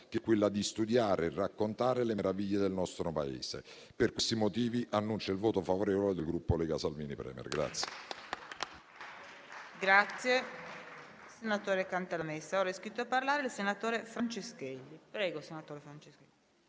che è quella di studiare e raccontare le meraviglie del nostro Paese. Per questi motivi, annuncio il voto favorevole del Gruppo Lega Salvini Premier.